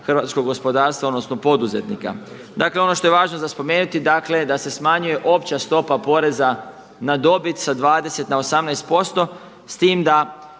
hrvatskog gospodarstva, odnosno poduzetnika. Dakle, ono što je važno za spomenuti, dakle da se smanjuje opća stopa poreza na dobit sa 20 na 18% s tim da